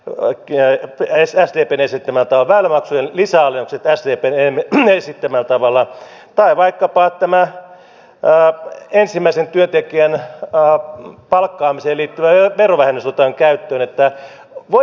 loikkia ei ole säästynyt edes palautusjärjestelmä sdpn esittämällä tavalla väylämaksujen lisäalennukset sdpn esittämällä tavalla tai vaikkapa tämä ensimmäisen työntekijän palkkaamisen liittyvä verovähennys otetaan käyttöön